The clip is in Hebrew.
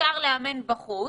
מותר לאמן בחוץ